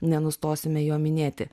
nenustosime jo minėti